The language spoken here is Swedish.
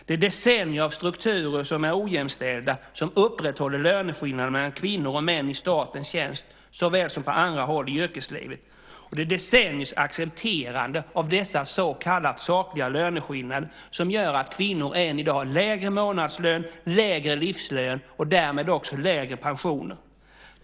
Det är decennier av strukturer som är ojämställda som upprätthåller löneskillnaderna mellan kvinnor och män i statens tjänst såväl som på andra håll i yrkeslivet, och det är decenniers accepterande av dessa så kallat sakliga löneskillnader som gör att kvinnor än i dag har lägre månadslön, lägre livslön och därmed också lägre pensioner.